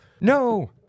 No